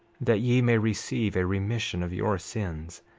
that ye may receive a remission of your sins,